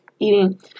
eating